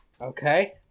Okay